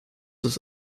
das